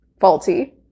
faulty